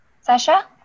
Sasha